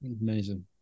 Amazing